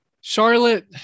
Charlotte